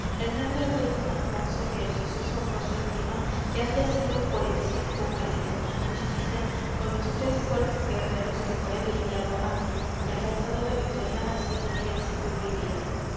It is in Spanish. el noble rey don alfonso que el suceso honroso estima que haya sido por el cid como el que tenía justicia con los tres fuertes guerreros que por él lidiado habían y alcanzado la victoria así escribe al cid rúy